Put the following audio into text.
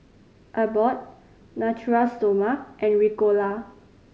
Abbott Natura Stoma and Ricola